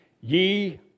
ye